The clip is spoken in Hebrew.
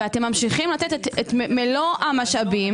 ואתם ממשיכים לתת את מלוא המשאבים